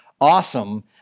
awesome